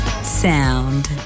Sound